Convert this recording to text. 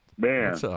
Man